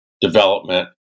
development